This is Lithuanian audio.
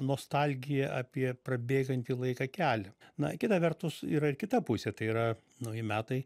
nostalgiją apie prabėgantį laiką kelia na kita vertus yra ir kita pusė tai yra nauji metai